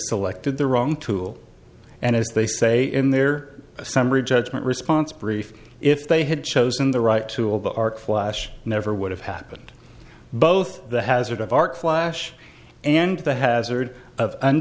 selected the wrong tool and as they say in their summary judgment response brief if they had chosen the right tool the arc flash never would have happened both the hazard of art flash and the hazard of an